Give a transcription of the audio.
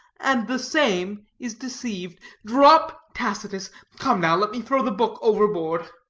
and the same is deceived drop tacitus. come, now, let me throw the book overboard.